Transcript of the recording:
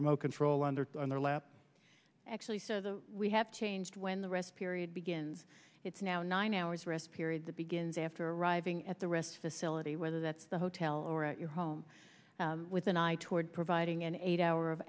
remote control under their lap actually so the we have changed when the rest period begins it's now nine hours rest period that begins after arriving at the rest facility whether that's the hotel or at your home with an eye toward providing an eight hour of